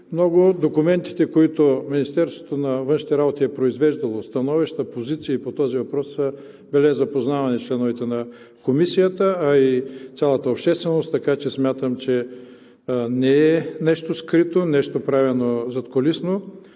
много от документите, които Министерството на външните работи е произвеждало – становища и позиции по този въпрос, са били запознавани членовете на Комисията, а и цялата общественост. Така че смятам, че не е нещо скрито, нещо правено задкулисно.